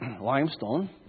limestone